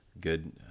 Good